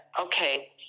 okay